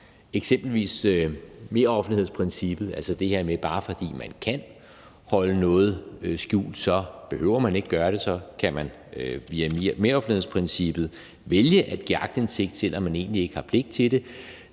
eksempelvis meroffentlighedsprincippet, altså det her med, at man, bare fordi man kan holde noget skjult, så ikke behøver at gøre det, og så kan man via meroffentlighedsprincippet vælge at give aktindsigt, selv om man egentlig ikke har pligt til det.